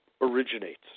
originates